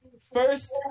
First